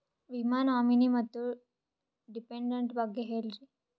ವಿಮಾ ನಾಮಿನಿ ಮತ್ತು ಡಿಪೆಂಡಂಟ ಬಗ್ಗೆ ಹೇಳರಿ?